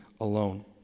alone